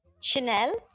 Chanel